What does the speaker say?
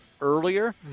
earlier